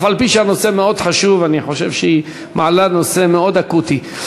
אף-על-פי שהנושא מאוד חשוב ואני חושב שהיא מעלה נושא מאוד אקוטי.